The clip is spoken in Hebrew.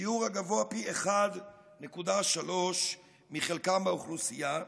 בשיעור הגבוה פי 1.3 מחלקם באוכלוסייה,